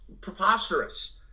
preposterous